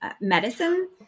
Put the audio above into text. medicine